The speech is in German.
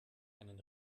einen